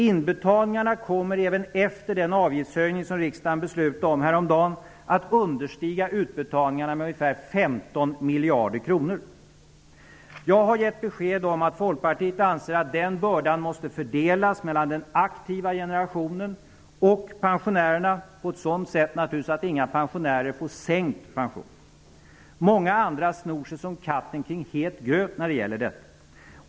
Inbetalningarna kommer även efter den avgiftshöjning som riksdagen beslutade om häromdagen att understiga utbetalningarna med ungefär 15 miljarder kronor. Jag har gett besked om att Folkpartiet anser att den bördan måste fördelas mellan den aktiva generationen och pensionärerna på ett sådant sätt att inga pensionärer får sänkt pension. Många andra går som katten kring het gröt när det gäller detta.